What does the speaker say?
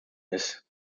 ist